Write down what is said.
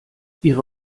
ihre